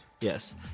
Yes